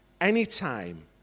Anytime